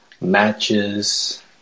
matches